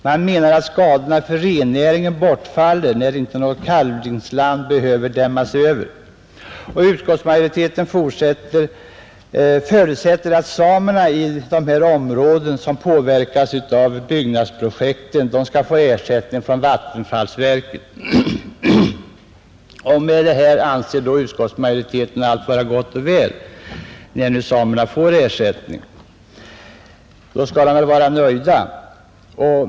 Man menar att skadorna för rennäringen bortfaller, när inte något kalvningsland behöver dämmas över, Utskottsmajoriteten förutsätter att samerna i de områden som påverkas av byggnadsprojekten skall få ersättning från vattenfallsverket. Därmed anser utskottsmajoriteten allt vara gott och väl; när nu samerna får ersättning skall de väl vara nöjda!